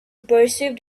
perceived